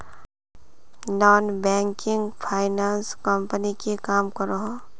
Non banking finance company की काम करोहो?